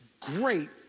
great